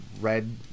red